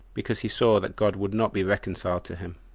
because he saw that god would not be reconciled to him.